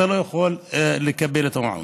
אתה לא יכול לקבל את המעון.